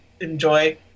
enjoy